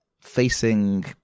facing